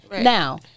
Now